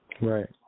Right